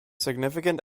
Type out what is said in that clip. significant